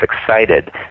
excited